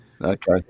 Okay